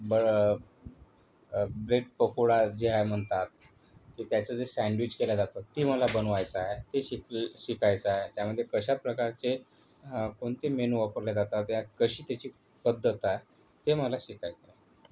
बर् ब्रेड पकोडा जे आहे म्हणतात ते त्याचं जे सॅन्डविच केल्या जातं ते मला बनवायचं आहे ते शिकल शिकायचं आहे त्यामधे कशा प्रकारचे कोणते मेनू वापरल्या जातात या कशी त्याची पद्धत आहे ते मला शिकायचं आहे